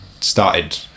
started